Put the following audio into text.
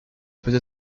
peut